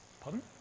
pardon